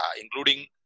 including